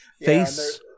face